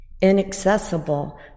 inaccessible